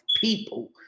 people